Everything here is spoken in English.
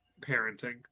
parenting